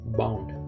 bound